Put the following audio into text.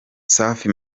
safi